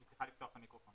שלום יו"ר